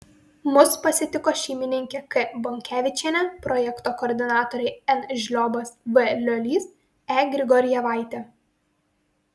mus pasitiko šeimininkė k bonkevičienė projekto koordinatoriai n žliobas v liolys e grigorjevaitė